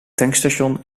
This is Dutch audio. tankstation